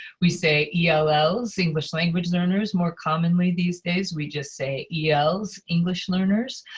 we say yeah ah ells, english language learners. more commonly these days we just say els english learners.